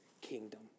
kingdom